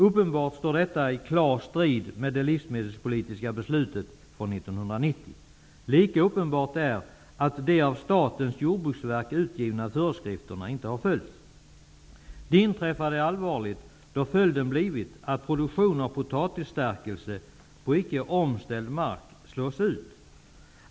Uppenbart står detta i klar strid med det livsmedelspolitiska beslutet från 1990. Lika uppenbart är att de av Statens jordbruksverk utgivna föreskrifterna inte har följts. Det inträffade är allvarligt då följden blir att produktion av potatisstärkelse på icke omställd mark slås ut.